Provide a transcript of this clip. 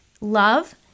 love